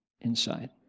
inside